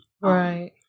Right